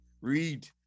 read